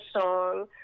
song